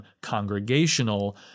congregational